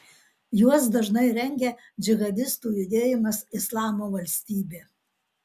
juos dažnai rengia džihadistų judėjimas islamo valstybė